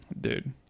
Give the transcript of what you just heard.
Dude